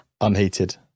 Unheated